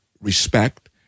respect